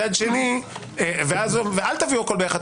ואל תביאו הכול יחד.